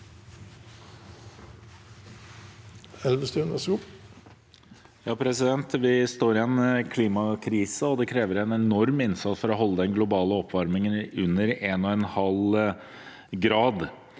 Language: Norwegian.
Vi står i en klimakrise, og det krever en enorm innsats for å begrense den globale oppvarmingen med 1,5 grad.